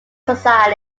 society